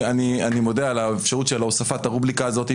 אני מודה על האפשרות של הוספת הרובריקה הזאת.